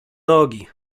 nogi